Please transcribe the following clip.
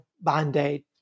Band-Aid